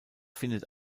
findet